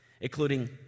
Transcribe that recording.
including